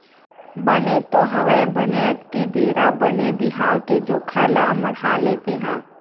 बने तो हवय बने अक्ती बेरा बने बिहाव के जोखा ल मड़हाले तेंहा